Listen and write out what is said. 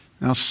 Now